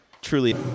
Truly